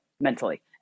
mentally